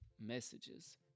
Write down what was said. messages